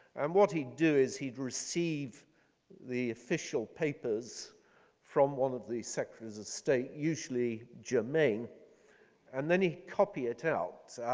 and what he do is he'd receive the official papers from one of the secretaries of state usually germane and then he copy it out.